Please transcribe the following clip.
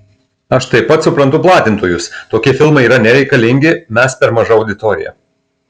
aš taip pat suprantu platintojus tokie filmai yra nereikalingi mes per maža auditorija